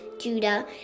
Judah